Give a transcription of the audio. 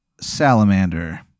Salamander